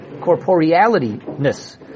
corporeality-ness